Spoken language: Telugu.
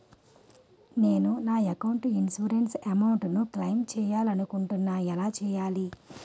నేను నా యెక్క ఇన్సురెన్స్ అమౌంట్ ను క్లైమ్ చేయాలనుకుంటున్నా ఎలా చేయాలి?